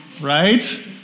Right